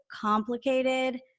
complicated